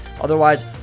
Otherwise